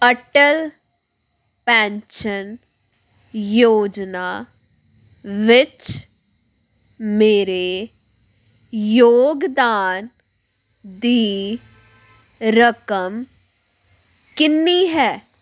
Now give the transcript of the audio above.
Atal pension ਯੋਜਨਾ ਵਿੱਚ ਮੇਰੇ ਯੋਗਦਾਨ ਦੀ ਰਕਮ ਕਿੰਨੀ ਹੈ